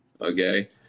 Okay